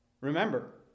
Remember